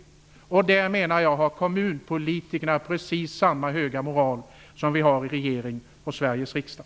Jag menar att kommunpolitikerna därvidlag har samma höga moral som man har i regering och i Sveriges riksdag.